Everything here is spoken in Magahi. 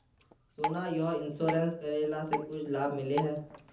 सोना यह इंश्योरेंस करेला से कुछ लाभ मिले है?